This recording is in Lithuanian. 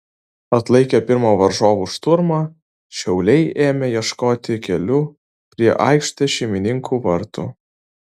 atlaikę pirmą varžovų šturmą šiauliai ėmė ieškoti kelių prie aikštės šeimininkų vartų